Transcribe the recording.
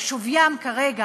או שוויים כרגע,